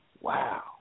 Wow